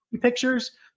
pictures